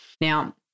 Now